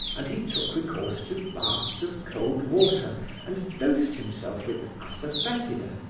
and he took recourse to baths of cold water and dosed himself with assafoetida,